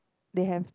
they have